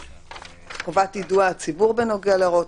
חובת יידוע הציבור בנוגע להוראות,